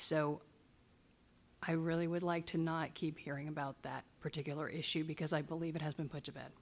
so i really would like to not keep hearing about that particular issue because i believe it has been